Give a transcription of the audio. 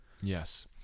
Yes